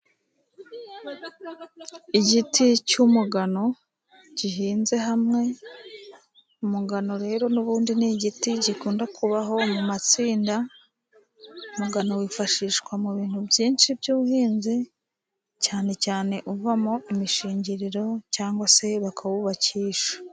Igiti cy'umugano, gihinze hamwe, umungano rero n'ubundi ni igiti gikunda kubaho mu matsinda, umugano wifashishwa mu bintu byinshi by'ubuhinzi, cyane cyane uvamo imishingiriro, cyangwa se bakawubakisha.